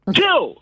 two